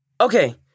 Okay